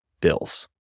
bills